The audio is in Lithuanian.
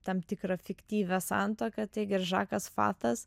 tam tikrą fiktyvią santuoką taigi ir žakas fatas